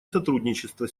сотрудничество